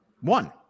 One